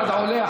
אחד עולה,